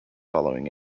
following